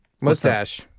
Mustache